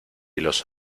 los